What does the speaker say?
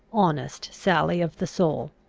honest sally of the soul.